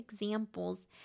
examples